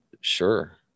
Sure